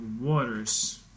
waters